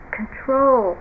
control